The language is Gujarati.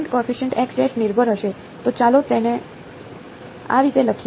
કોએફીશીયન્ટ કોએફીશીયન્ટ નિર્ભર હશે તો ચાલો તેને આ રીતે લખીએ